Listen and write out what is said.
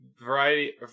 Variety